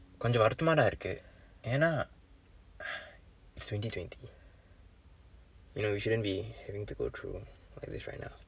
கொஞ்ச வருத்தமா தான் இருக்கு ஏன் என்றால்:koncha varuththamaa thaan irukku een enraal it's twenty twenty you know we shouldn't be having to go through like this right now